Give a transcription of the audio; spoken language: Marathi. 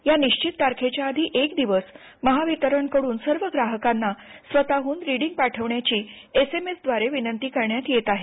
या निश्चित तारखेच्या आधी एक दिवस महावितरणकडून सर्व ग्राहकांना स्वतःहन रिडींग पाठविण्याची एसएमएसझारे विनंती करण्यात येत आहे